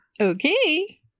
Okay